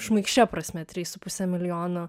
šmaikščia prasme trys su puse milijono